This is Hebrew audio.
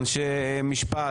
אנשי משפט,